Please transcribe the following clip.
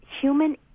human